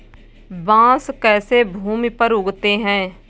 बांस कैसे भूमि पर उगते हैं?